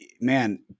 man